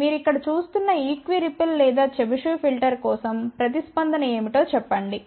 మీరు ఇక్కడ చూస్తున్న ఈక్విరిపిల్ లేదా చెబిషెవ్ ఫిల్టర్ కోసం ప్రతిస్పందన ఏమిటో చెప్పండి